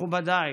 מכובדיי,